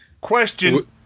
Question